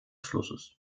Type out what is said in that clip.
flusses